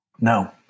No